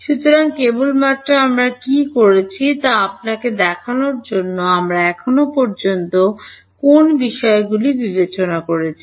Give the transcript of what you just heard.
সুতরাং কেবলমাত্র আমরা কী করেছি তা আপনাকে দেখানোর জন্য আমরা এখন পর্যন্ত কোন বিষয়গুলি বিবেচনা করেছি